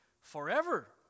forever